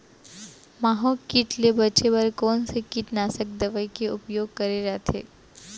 माहो किट ले बचे बर कोन से कीटनाशक दवई के उपयोग करे जाथे?